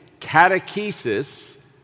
catechesis